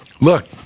look